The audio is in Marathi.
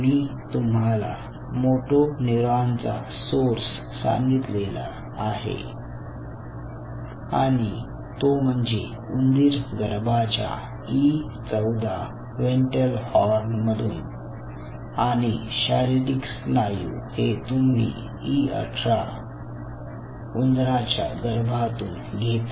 मी तुम्हाला मोटो न्यूरॉनचा सोर्स सांगितलेला आहे आणि तो म्हणजे उंदीर गर्भाच्या ई14 व्हेंट्रल हॉर्न मधून आणि शारीरिक स्नायू हे तुम्ही ई18 उंदराच्या गर्भातून घेता